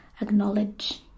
acknowledge